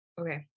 Okay